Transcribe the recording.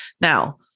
Now